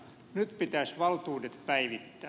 nyt pitäisi valtuudet päivittää